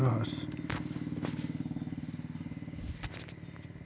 गावमझारला सावकार आनी दुसरा देशना बँकमाईन लेयेल कर्जनं व्याज जादा रहास